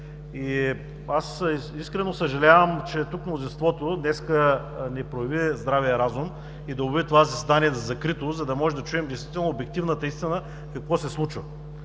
Искрено съжалявам, че тук мнозинството днес не прояви здравия разум и да обяви това заседание за закрито, за да можем да чуем действително обективната истина какво се случва